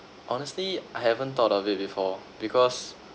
honestly I haven't thought of it before because